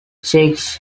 six